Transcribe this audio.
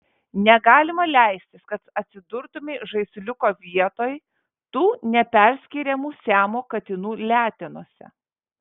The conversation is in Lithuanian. negalima leistis kad atsidurtumei žaisliuko vietoj tų neperskiriamų siamo katinų letenose